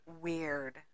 weird